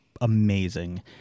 amazing